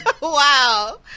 Wow